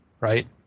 right